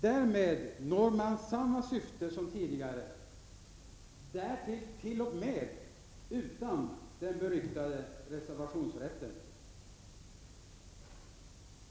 Därmed når man samma syfte som tidigare, och detta t.o.m. utan den beryktade reservationsrätten.